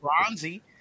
bronzy